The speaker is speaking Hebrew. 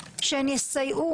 שהן יסייעו,